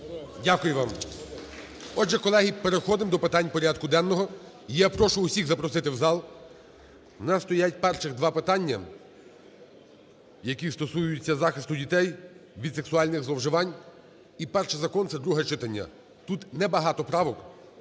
Дякую вам. Отже, колеги, переходимо до питань порядку денного. Я прошу всіх запросити в зал. У нас стоять перших два питання, які стосуються захисту дітей від сексуальних зловживань. І перший закон, це друге читання. Тут небагато правок,